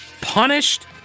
punished